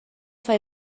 far